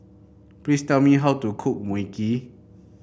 please tell me how to cook Mui Kee